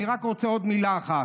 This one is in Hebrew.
אני רק רוצה עוד מילה אחת.